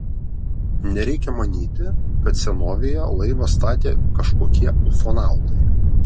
nereikia manyti kad senovėje laivą statė kažkokie ufonautai